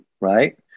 right